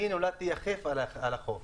אני נולדתי יחף על החוף.